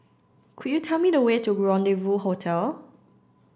could you tell me the way to Rendezvous Hotel